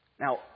Now